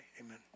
amen